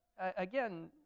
again